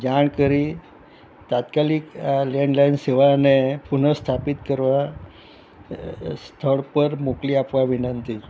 જાણ કરી તાત્કાલિક આ લેન્ડ લાઇન સેવાને પુન સ્થાપિત કરવા સ્થળ પર મોકલી આપવા વિનંતી